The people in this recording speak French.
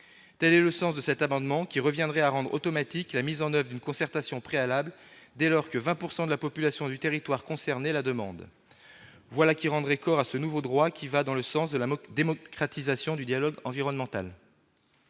Tel est le sens de cet amendement qui aurait pour effet de rendre automatique la mise en oeuvre d'une concertation préalable dès lors que 20 % de la population du territoire concerné la demande. Voilà qui donnerait corps à ce nouveau droit qui va dans le sens de la démocratisation du dialogue environnemental.